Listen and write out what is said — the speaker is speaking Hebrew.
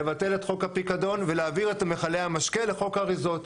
לבטל את חוק הפיקדון ולהעביר את מכלי המשקה לחוק האריזות.